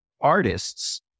artists